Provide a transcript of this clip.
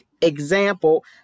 example